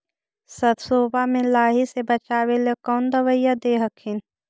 सरसोबा मे लाहि से बाचबे ले कौन दबइया दे हखिन?